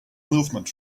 movement